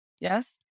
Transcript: Yes